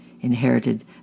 inherited